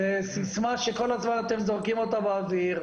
זה סיסמה שכל הזמן אתם זורקים אותה באוויר.